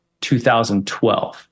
2012